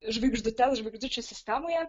žvaigždutes žvaigždučių sistemoje